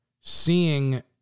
seeing